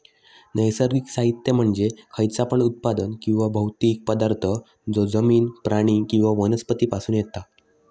नैसर्गिक साहित्य म्हणजे खयचा पण उत्पादन किंवा भौतिक पदार्थ जो जमिन, प्राणी किंवा वनस्पती पासून येता